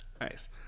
Nice